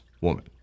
woman